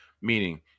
meaning